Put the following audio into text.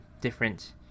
different